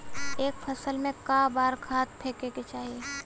एक फसल में क बार खाद फेके के चाही?